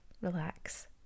relax